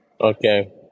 okay